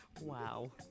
Wow